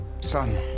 son